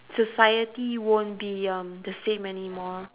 society won't be um the same anymore